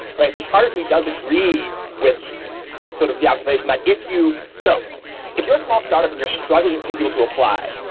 so part of me does agree with sort of the observation that if you so if you're a small startup and you're struggling for people to apply,